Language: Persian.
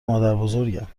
مادربزرگم